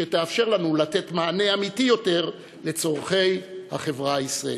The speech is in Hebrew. שתאפשר לנו לתת מענה אמיתי יותר לצורכי החברה הישראלית,